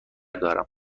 دارم